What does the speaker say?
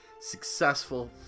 successful